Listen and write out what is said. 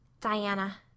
Diana